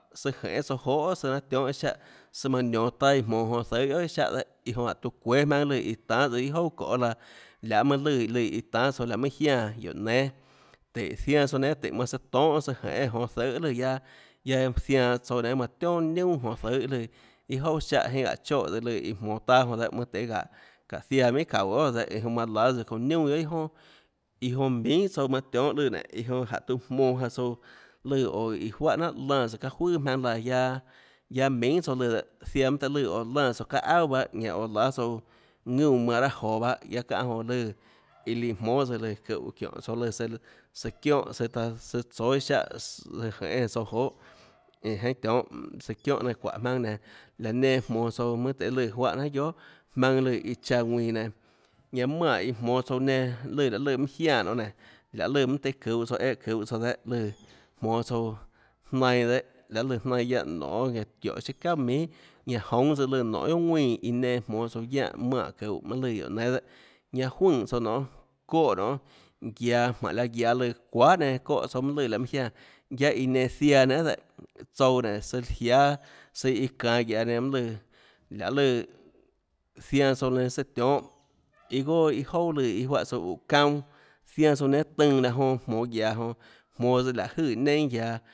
Søã jenê tsouã joê søâ nanâ tionhâ iâ siáhã søã manã nionå taâ iã jmonå jonå zøhê guiohà iâ siáhã dehâ iã jonã jánhå tiuã çuéâ jmaønâ lùã iã lùã iã tánhâ iâ jouà çoê laã lahê mønâ lùã iãiã tanhâ tsouã laå mønâ jiánã guióå nénâ tùhå zianã tsouã nénâ tùhå manã søã tonhâ tsøã jenê jonå zøhê lùã guiaâ guiaâ zianã tsouã nénâ manã tionà niunà jonå zøhê iâ lùã iâ jouà siáhã jenhâ aã choè tsøã lùã iâ jmonå taâ jonã dehâ mønâ tøhê gáhå çáhå ziaã minhà çaúå guiohà dehã iã jonã manã láâ tsøã çounã niunà guiohà iâ jonà iã jonã minhà tsouã manã tionhâ lùã nénå iã jonã jánhå tiuã jmonå jaå tsouã lùã oå iâ juáhà jnanhà lánãs çaâ juøà jmaønâ laã jmaønâ laã guiaâ guiaâ minhà tsouã lùã dehâ ziaã mønâ tøhê lùã lánã tsouã aâ auà bahâ ñanã láâ tsouã ðuúnã manã raâ joå bahâ çánhã jonã lùã iã líã jmónâ tsøã lùã çiónhå søã lùã søã çiónã søã taã søã tsóâ iâ siáhã søã jenê tsouã joê einã iã jeinhâ tionhâ søã çiónhã naínhã çuáhå jmaønâ nenã laã nenã jmonå tsouã tøhê lùã juáhã jnanhà guiohà jmaønâ lùã iã chaã ðuinã nenã ñanã manè iã jmonã tsouã nenã lùã lahê lùã mønâ jiánã nonê nénå lahê lùã mønâ tøhê çuhå tsouã éhã çuhå tsouã dehâ lùã jmonå tsouã jnainã dehâ lahê lùã jnainã guiánhã nonê ñanã çiónhå siâ çauà minhà ñanã joúnâ tsøã lùã çiónhå nonê guiohà ðuínã iã nenã jmonå tsouã guiáhã manã çuhå mønâ lùã guióå nénâ dehã ñanã juønè tsouã nonê çóhã nonê guiaå jmánhå laã guiaå çuahà nenã çóhã tsouã mønâ lùã laå mønâ jiánã guiaâ iã nenã ziaã nenã guiohà dehâ tsouã nénå søã jiáâ søã iã çanå guiaå nenã mønâ lùã lahê lùã zianã tsouã nenã tionhâ iâ goà iâ jouà iâ juáhã tsouã úå çaunâ zianã tsouã nénâ tønâ laã jonã jmonå guiaå jonã jmonå tsøã láhå jøè neinâ guiaå